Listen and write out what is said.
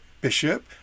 bishop